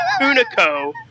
Unico